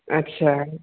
आस्सा